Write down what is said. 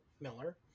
miller